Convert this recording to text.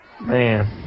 Man